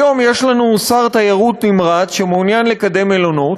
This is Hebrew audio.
היום יש לנו שר תיירות נמרץ שמעוניין לקדם מלונות,